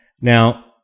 Now